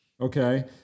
Okay